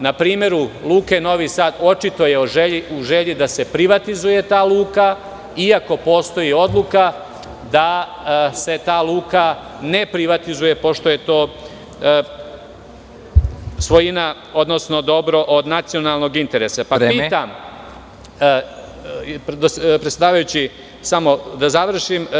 Na primeru Luke Novi Sad, očita je želja da se privatizuje ta luka, iako postoji odluka da se ta luka ne privatizuje pošto je to svojina odnosno dobro od nacionalnog interesa. (Predsednik: Vreme.) Samo da završim.